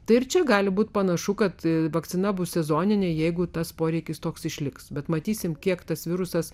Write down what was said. tai ir čia gali būti panašu kad vakcina bus sezoninė jeigu tas poreikis toks išliks bet matysime kiek tas virusas